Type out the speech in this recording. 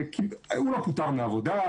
הוא לא פוטר מהעבודה,